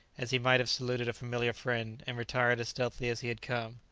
as he might have saluted a familiar friend, and retired as stealthily as he had come.